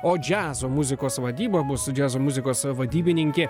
o džiazo muzikos vadybą bus džiazo muzikos vadybininkė